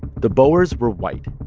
the boers were white,